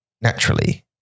naturally